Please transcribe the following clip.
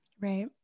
Right